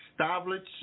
established